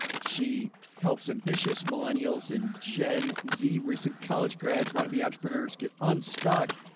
she helps ambitious millennials and gen z recent college grads want to be entrepreneurs, get unstuck.